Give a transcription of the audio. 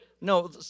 No